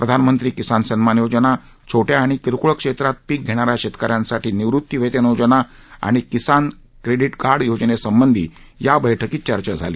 प्रधानमंत्री किसान सन्मान योजना छो िंद्वा आणि किरकोळ क्षेत्रात पीक घेणा या शेतक यांसाठी निवृत्ती वेतन योजना आणि किसान क्रेडि कार्ड योजनेसंबंधी या बैठकीत चर्चा झाली